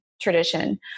tradition